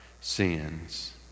sins